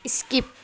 skip